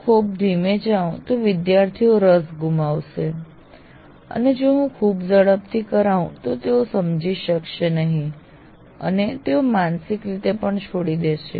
જો હું ખૂબ ધીમે જાઉં તો વિદ્યાર્થીઓ રસ ગુમાવશે અને જો ખૂબ ઝડપથી કરાઉ તો તેઓ સમજી શકશે નહિ અને તેઓ માનસિક રીતે પણ છોડી દેશે